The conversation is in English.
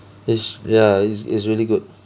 it's ya it's it's really good